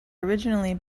originally